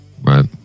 Right